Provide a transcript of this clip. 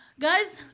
Guys